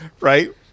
right